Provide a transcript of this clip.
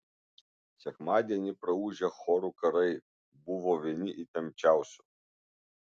sekmadienį praūžę chorų karai buvo vieni įtempčiausių